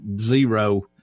zero –